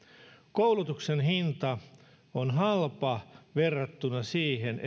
koulutuksen hinta on halpa verrattuna siihen